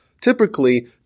typically